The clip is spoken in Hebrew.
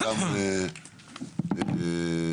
את חלקם,